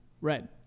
Red